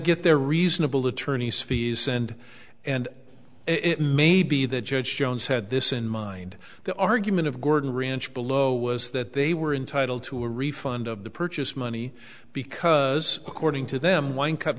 get their reasonable attorney's fees and and it may be the judge jones had this in mind the argument of gordon ranch below was that they were entitled to a refund of the purchase money because according to them one cup